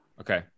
Okay